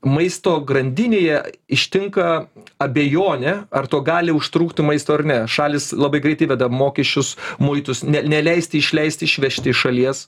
maisto grandinėje ištinka abejonė ar to gali užtrūkti maisto ar ne šalys labai greit įveda mokesčius muitus neleisti išleisti išvežti šalies